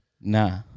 Nah